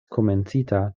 komencita